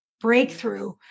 breakthrough